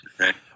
Okay